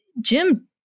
Jim